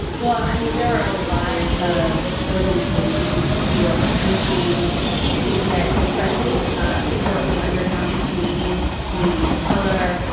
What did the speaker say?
well, i mean, there are a lot of organizations who are pushing to get especially ah historically undercounted communities, communities of color,